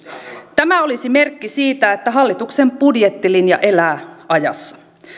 tämä olisi merkki siitä että hallituksen budjettilinja elää ajassa